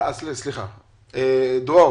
דרור